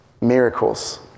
Miracles